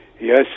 Yes